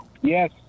Yes